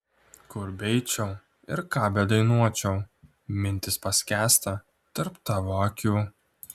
kur beeičiau ir ką bedainuočiau mintys paskęsta tarp tavo akių